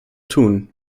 tun